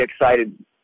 excited